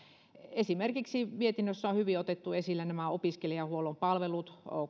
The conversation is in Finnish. esimerkiksi mietinnössä on hyvin otettu esille nämä opiskelijahuollon palvelut